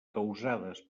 causades